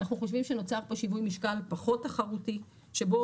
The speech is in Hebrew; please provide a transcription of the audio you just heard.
אנחנו חושבים שנוצר פה שיווי משקל פחות תחרותי שבו